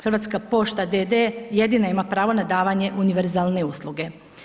Hrvatska pošta d.d. jedina ima pravo na davanje univerzalne usluge.